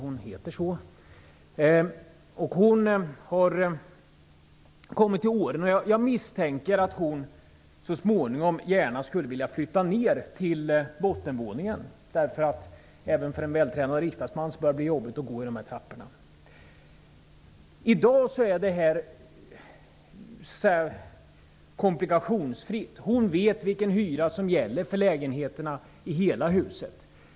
Anna är till åren kommen. Jag misstänker att hon så småningom gärna skulle vilja flytta ner till bottenvåningen -- även för en vältränad riksdagsman börjar det bli jobbigt att gå i alla trappor. I dag är det här komplikationsfritt. Anna vet vilken hyra som gäller för lägenheterna i hela huset.